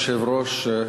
אדוני היושב-ראש,